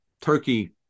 Turkey